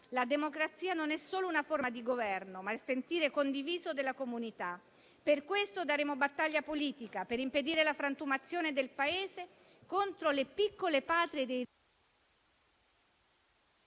La democrazia non è solo una forma di Governo, ma è il sentire condiviso della comunità. Per questo daremo battaglia politica, per impedire la frantumazione del Paese contro le piccole patrie...